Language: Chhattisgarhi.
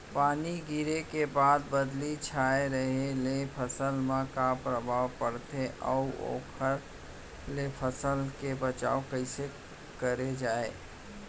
पानी गिरे के बाद बदली छाये रहे ले फसल मा का प्रभाव पड़थे अऊ एखर ले फसल के बचाव कइसे करे जाये?